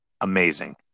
amazing